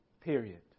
Period